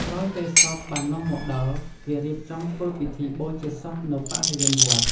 ក្រោយពេលសពបាននាំមកដល់ គេរៀបចំធ្វើពិធីបូជាសពនៅបរិវេនវត្ត។